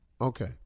Okay